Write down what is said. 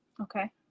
Okay